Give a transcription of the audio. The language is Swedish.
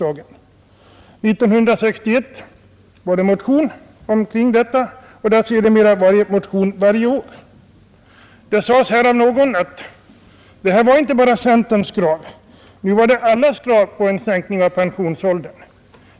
1961 väcktes en motion om detta, och motioner har sedermera väckts varje år. Någon talare här sade att det inte bara var centern som krävde en sänkning av pensionsåldern — det gjorde alla.